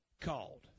called